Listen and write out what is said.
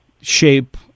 shape